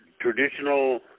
traditional